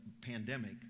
pandemic